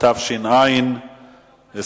הצעת חברי הכנסת אילן גילאון,